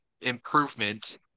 improvement